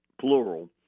plural